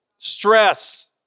Stress